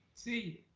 see.